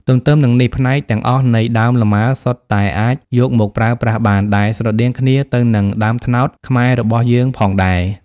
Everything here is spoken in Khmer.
ទន្ទឹមនឹងនេះផ្នែកទាំងអស់នៃ ដើមលម៉ើ សុទ្ធតែអាចយកមកប្រើប្រាស់បាន ដែលស្រដៀងគ្នាទៅនឹងដើមត្នោតខ្មែរបស់រយើងផងដែរ។